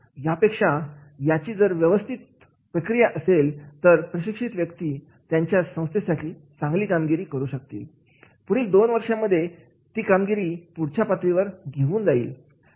यापेक्षा याची जर व्यवस्थित प्रक्रिया असेल तरप्रशिक्षित व्यक्ती त्या संस्थेसाठी चांगली कामगिरी करू शकेल पुढील दोन वर्षांमध्ये ती कामगिरी पुढच्या पातळी वर घेऊन जाईल